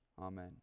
Amen